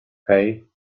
hej